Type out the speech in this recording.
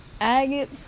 Agate